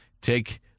take